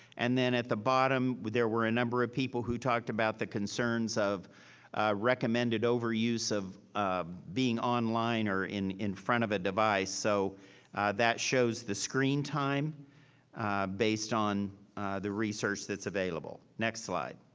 and then at the bottom, there were a number of people who talked about the concerns of a recommended over use of ah being online or in in front of a device. so that shows the screen time based on the research that's available. next slide.